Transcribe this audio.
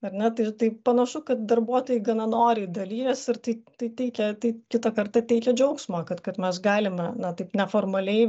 ar ne tai tai panašu kad darbuotojai gana noriai dalijasi ir tai tai teikia tai kitą kartą teikia džiaugsmo kad kad mes galime na taip neformaliai